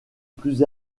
plus